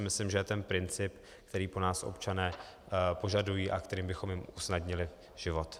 Myslím si, že to je ten princip, který po nás občané požadují a kterým bychom jim usnadnili život.